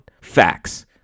Facts